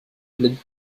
blind